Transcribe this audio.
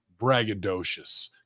braggadocious